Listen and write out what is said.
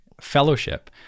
fellowship